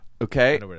okay